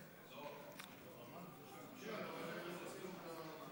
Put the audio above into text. השר אלי כהן,